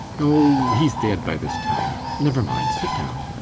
oh, he's dead by this time. never mind. sit down.